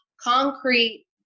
concrete